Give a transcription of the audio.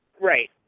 right